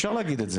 אפשר להגיד את זה.